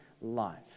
life